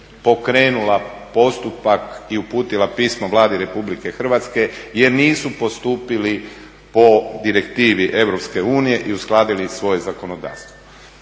pokrenula postupak i uputila pismo Vladi RH jer nisu postupili po direktivi EU i uskladili svoje zakonodavstvo.